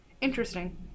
interesting